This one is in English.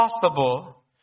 possible